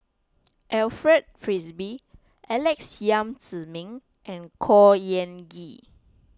Alfred Frisby Alex Yam Ziming and Khor Ean Ghee